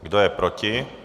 Kdo je proti?